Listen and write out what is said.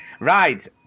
Right